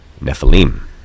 Nephilim